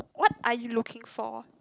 what are you looking for